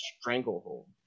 stranglehold